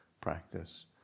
practice